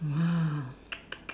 !wah!